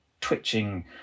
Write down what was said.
twitching